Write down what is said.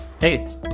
Hey